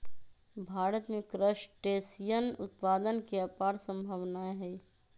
भारत में क्रस्टेशियन उत्पादन के अपार सम्भावनाएँ हई